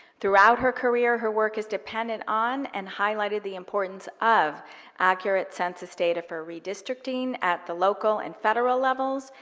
throughout her career, her work has depended on and highlighted the importance of accurate census data for redistricting at the local and federal levels,